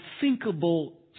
unthinkable